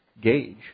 gauge